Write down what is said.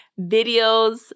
videos